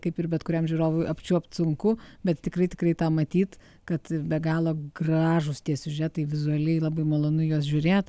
kaip ir bet kuriam žiūrovui apčiuopt sunku bet tikrai tikrai tą matyt kad be galo gražūs tie siužetai vizualiai labai malonu į juos žiūrėt